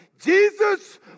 Jesus